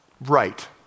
right